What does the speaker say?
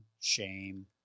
shame